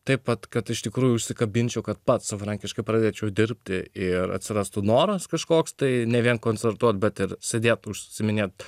taip pat kad iš tikrųjų užsikabinčiau kad pats savarankiškai pradėčiau dirbti ir atsirastų noras kažkoks tai ne vien koncertuoti bet ir sėdėti užsiiminėti